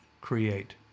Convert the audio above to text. create